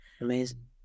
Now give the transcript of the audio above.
Amazing